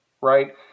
right